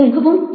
ઊંઘવું તે